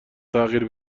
تغییر